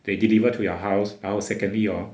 they deliver to your house 然后 secondly hor